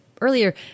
earlier